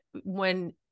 when-